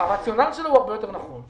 הרציונל שלו הוא הרבה יותר נכון.